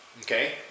Okay